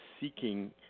seeking